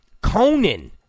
Conan